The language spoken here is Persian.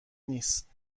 نیست